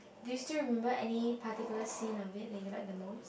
do you still remember any particular scene of it that you like the most